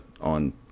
on